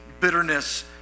bitterness